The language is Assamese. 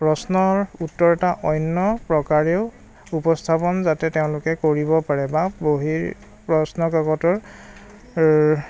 প্ৰশ্ননৰ উত্তৰ এটা অন্য প্ৰকাৰেও উপস্থাপন যাতে তেওঁলোকে কৰিব পাৰে বা বহি প্ৰশ্ন কাকতৰ